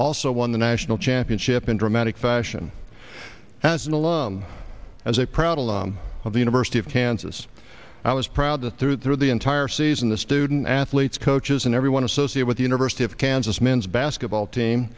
also won the national championship in dramatic fashion as alone as a problem of the versity of kansas i was proud to through through the entire season the student athletes coaches and every one associate with the university of kansas men's basketball team